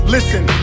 Listen